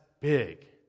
big